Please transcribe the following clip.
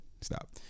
stop